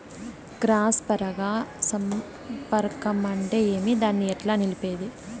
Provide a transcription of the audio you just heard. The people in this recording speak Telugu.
క్రాస్ పరాగ సంపర్కం అంటే ఏమి? దాన్ని ఎట్లా నిలిపేది?